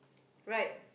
right